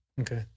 Okay